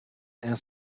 and